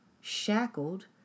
shackled